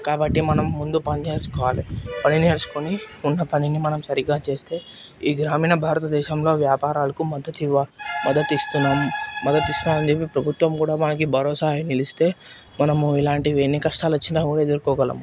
కాబట్టి మనము ముందు పని నేర్చుకోవాలి పని నేర్చుకొని ఉన్న పనిని మనం సరిగ్గా చేస్తే ఈ గ్రామీణ భారతదేశంలో వ్యాపారాలకు మద్దతు ఇవ్వాలి మద్దతు ఇస్తున్నాం మద్దతిస్తున్నామనిచెప్పి ప్రభుత్వం కూడా మనకి భరోసాగా నిలిస్తే మనము ఇలాంటివి ఎన్ని కష్టాలొచ్చినా కూడా ఎదుర్కోగలం